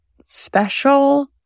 special